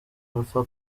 alpha